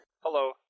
Hello